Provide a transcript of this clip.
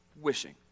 wishing